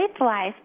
life